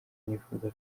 nifuza